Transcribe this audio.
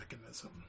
mechanism